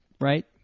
right